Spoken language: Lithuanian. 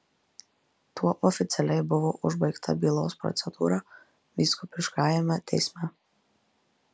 tuo oficialiai buvo užbaigta bylos procedūra vyskupiškajame teisme